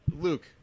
Luke